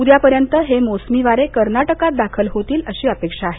उद्यापर्यंत हे मोसमी वारे कर्नाटकात दाखल होतील अशी अपेक्षा आहे